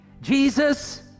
Jesus